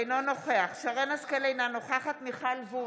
אינו נוכח שרן מרים השכל, אינה נוכחת מיכל וונש,